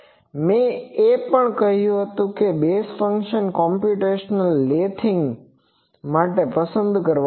મેં એ પણ કહ્યું હતું કે બેઝ ફંક્શનને કોમ્પ્યુટેશનલ લેથીંગ માટે પસંદ કરવા જોઈએ